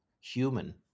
human